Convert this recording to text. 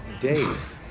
Dave